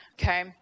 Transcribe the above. okay